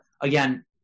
again